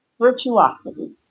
virtuosity